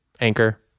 Anchor